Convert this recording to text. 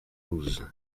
douze